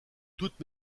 toute